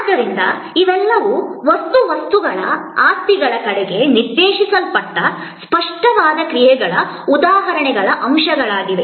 ಆದ್ದರಿಂದ ಇವೆಲ್ಲವೂ ವಸ್ತು ವಸ್ತುಗಳ ಆಸ್ತಿಗಳ ಕಡೆಗೆ ನಿರ್ದೇಶಿಸಲ್ಪಟ್ಟ ಸ್ಪಷ್ಟವಾದ ಕ್ರಿಯೆಗಳ ಉದಾಹರಣೆಗಳ ಅಂಶಗಳಾಗಿವೆ